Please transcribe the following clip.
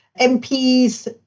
MPs